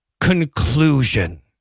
conclusion